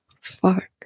Fuck